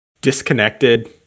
disconnected